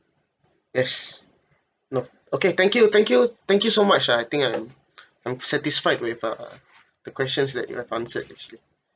yes no okay thank you thank you thank you so much ah I think I'm I'm satisfied with uh the questions that you have answered actually